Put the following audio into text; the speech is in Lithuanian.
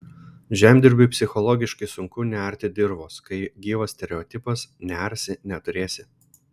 žemdirbiui psichologiškai sunku nearti dirvos kai gyvas stereotipas nearsi neturėsi